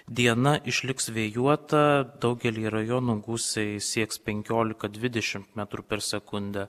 diena išliks vėjuota daugelyje rajonų gūsiai sieks penkiolika dvidešimt metrų per sekundę